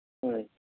ꯍꯣꯏ